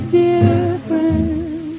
different